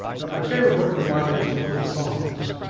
that my favorite book of the bible is the book of psalms.